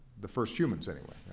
the first humans, anyway.